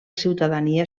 ciutadania